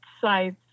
sites